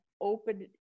open